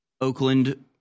oakland